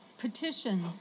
Petition